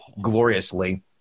gloriously